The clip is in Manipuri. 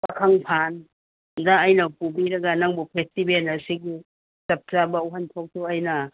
ꯄꯥꯈꯪ ꯐꯥꯟꯗ ꯑꯩꯅ ꯄꯨꯕꯤꯔꯒ ꯅꯪꯕꯨ ꯐꯦꯁꯇꯤꯕꯦꯜ ꯑꯁꯤꯒꯤ ꯆꯞ ꯆꯥꯕ ꯋꯥꯍꯟꯊꯣꯛꯇꯨ ꯑꯩꯅ